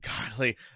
godly